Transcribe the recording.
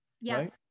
Yes